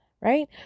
right